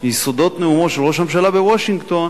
מיסודות נאומו של ראש הממשלה בוושינגטון